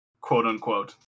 Quote-unquote